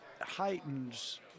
heightens